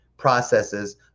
processes